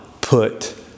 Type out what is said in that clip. put